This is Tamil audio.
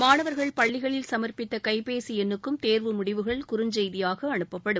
மாணவர்கள் பள்ளிகளில் சமர்ப்பித்த கைபேசி எண்ணுக்கும் தேர்வு முடிவுகள் குறுஞ்செய்தியாக அனுப்பப்படும்